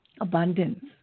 abundance